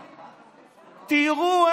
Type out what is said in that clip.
תראו,